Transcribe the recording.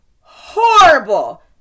horrible